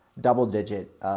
double-digit